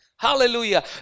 Hallelujah